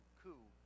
coup